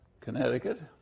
Connecticut